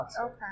Okay